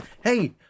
Hey